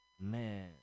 man